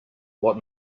what